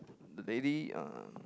the lady uh